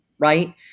right